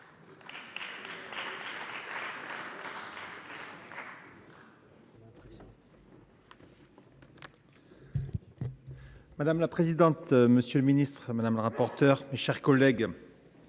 Madame la présidente, madame la ministre, madame la rapporteure, mes chers collègues,